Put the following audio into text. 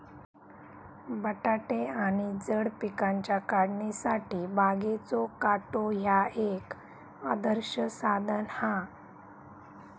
बटाटे आणि जड पिकांच्या काढणीसाठी बागेचो काटो ह्या एक आदर्श साधन हा